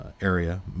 Area